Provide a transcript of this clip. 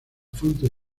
fuente